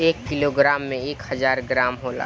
एक किलोग्राम में एक हजार ग्राम होला